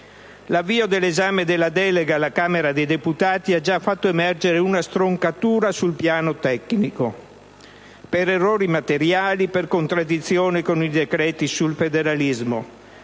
L'avvio dell'esame della delega fiscale alla Camera dei deputati ha già fatto emergere una stroncatura sul piano tecnico, per errori materiali, per contraddizioni con i decreti sul federalismo,